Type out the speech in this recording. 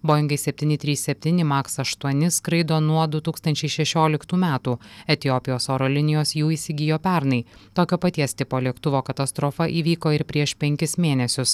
boingai septyni trys septyni maks aštuoni skraido nuo du tūkstančiai šešioliktų metų etiopijos oro linijos jų įsigijo pernai tokio paties tipo lėktuvo katastrofa įvyko ir prieš penkis mėnesius